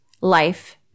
life